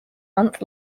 month